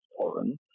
foreign